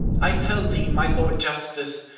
i tell thee, my lord justice,